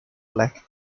black